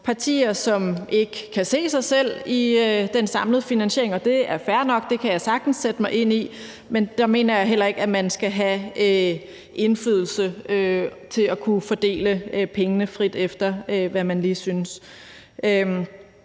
Partier, som ikke kan se sig selv i den samlede finansiering – og det er fair nok; det kan jeg sagtens sætte mig ind i – mener jeg heller ikke skal have indflydelse til at kunne fordele pengene, frit efter hvad man lige synes.